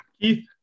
Keith